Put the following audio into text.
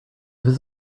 his